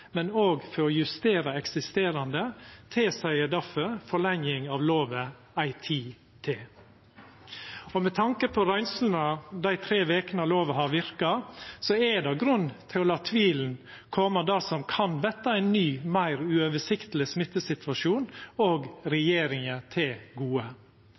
men òg for å justera eksisterande, tilseier difor forlenging av lova ei tid til. Og med tanke på røynslene dei tre vekene lova har verka, er det grunn til å la tvilen koma regjeringa og det som kan verta ein ny, meir uoversiktleg smittesituasjon, til gode.